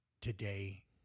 today